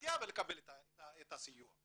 הבירוקרטיה ולקבל את הסיוע.